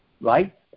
right